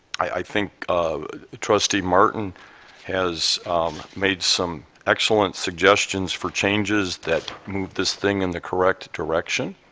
i think trustee martin has made some excellent suggestions for changes that move this thing in the correct direction.